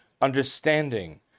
understanding